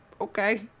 Okay